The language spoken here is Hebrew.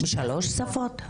בשלוש שפות?